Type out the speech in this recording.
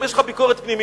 אם יש לך ביקורת פנימית,